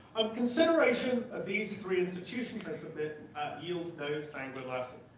um consideration of these three institutions i submit yields no sanguine lesson.